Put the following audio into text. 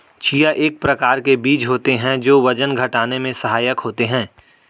chia एक प्रकार के बीज होते हैं जो वजन घटाने में सहायक होते हैं